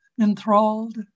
enthralled